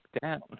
down